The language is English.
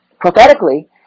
prophetically